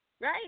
right